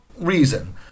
reason